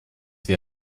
wir